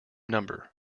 number